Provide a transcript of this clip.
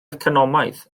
economaidd